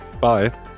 Bye